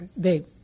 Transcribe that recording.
babe